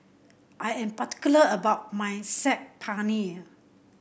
I am particular about my Saag Paneer